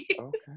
Okay